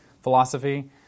philosophy